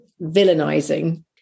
villainizing